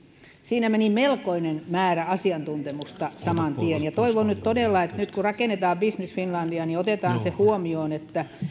siinä meni melkoinen määrä asiantuntemusta saman tien toivon nyt todella että nyt kun rakennetaan business finlandia niin otetaan se huomioon että